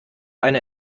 eine